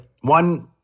One